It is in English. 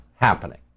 happening